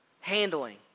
handling